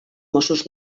mossos